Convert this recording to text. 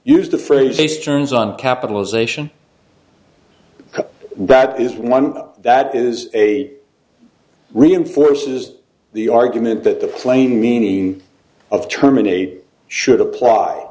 use the phrase easterns on capitalization that is one that is a reinforces the argument that the plain meaning of terminate should apply